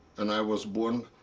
and i was born